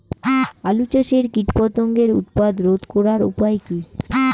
আলু চাষের কীটপতঙ্গের উৎপাত রোধ করার উপায় কী?